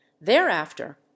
thereafter